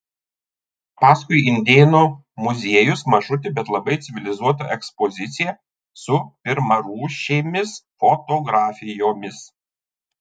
paskui indėnų muziejus mažutė bet labai civilizuota ekspozicija su pirmarūšėmis fotografijomis